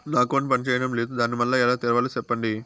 నా అకౌంట్ పనిచేయడం లేదు, దాన్ని మళ్ళీ ఎలా తెరవాలి? సెప్పండి